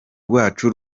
rwacu